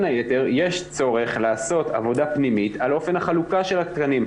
היתר יש צורך לעשות עבודה פנימית על אופן החלוקה של התקנים,